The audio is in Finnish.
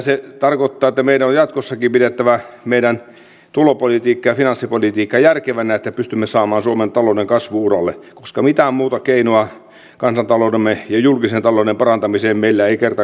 se tarkoittaa että meidän on jatkossakin pidettävä meidän tulopolitiikkamme ja finanssipolitiikkamme järkevänä että pystymme saamaan suomen talouden kasvu uralle koska mitään muuta keinoa kansantaloutemme ja julkisen talouden parantamiseen meillä ei kerta kaikkiaan ole